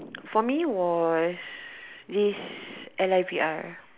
for me was this L I V R